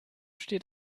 steht